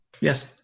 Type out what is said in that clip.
Yes